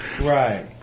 Right